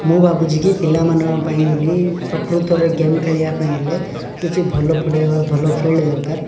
ମୁଁ ଭାବୁଛି କି ପିଲାମାନଙ୍କ ପାଇଁ ବୋଲି ପ୍ରକୃତରେ ଗେମ୍ ଖାଳିବା ପାଇଁ ହେଲେ କିଛି ଭଲ ପଡ଼ିଆ ବା ଭଲ ଫିଲ୍ଡ୍ ଦରକାର